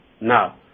Now